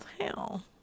hell